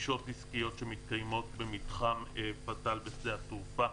פגישות עסקיות שמתקיימות במתחם פתאל בשדה התעופה,